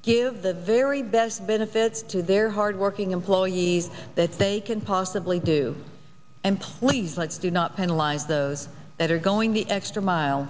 give the very best benefits to their hardworking employees that they can possibly do employees like do not penalize those that are going the extra mile